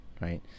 right